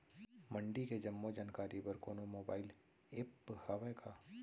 मंडी के जम्मो जानकारी बर कोनो मोबाइल ऐप्प हवय का?